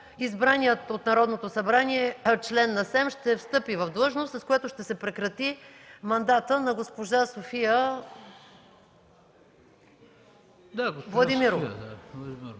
избраният от Народното събрание член на СЕМ ще встъпи в длъжност, с което ще се прекрати мандата на госпожа София Владимирова.